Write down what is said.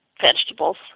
vegetables